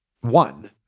one